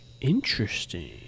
Interesting